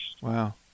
Wow